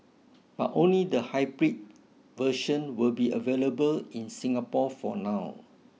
but only the hybrid version will be available in Singapore for now